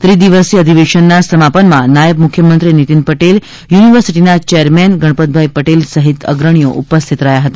ત્રિદિવસીય અધિવેશનના સમાપનમાં નાયબ મુખ્યમંત્રી નીતિન પટેલ યુનિવર્સિટીના ચેરમેન ગણપતભાઈ પટેલ સહિત અગ્રણીઓ ઉપસ્થિત રહ્યા હતા